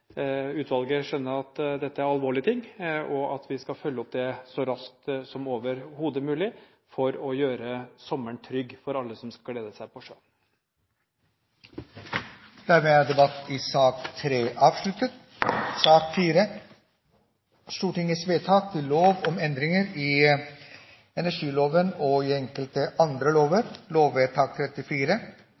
utvalget skjønner at dette er alvorlige ting. Vi skal følge opp dette så raskt som overhodet mulig, for å gjøre sommeren trygg for alle som skal glede seg på sjøen. Debatten i sak nr. 3 er avsluttet. Ingen har bedt om ordet. Stortinget går da til votering. Under debatten er det satt fram i